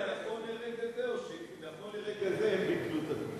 אתה יודע נכון לרגע זה או שנכון לרגע זה הם ביטלו את הפגישה?